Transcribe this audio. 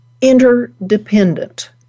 interdependent